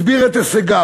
הסביר את הישגיו.